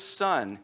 son